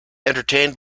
entertained